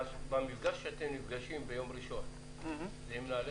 המפגש שאתם נפגשים ביום ראשון הוא עם מנהלי